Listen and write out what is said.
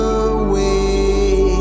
away